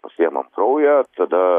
pasiėmam kraujo tada